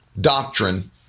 doctrine